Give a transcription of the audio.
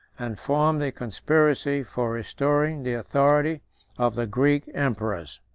and formed a conspiracy for restoring the authority of the greek emperors.